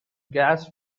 gas